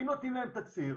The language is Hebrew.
אם נותנים להם תקציב,